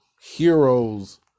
Heroes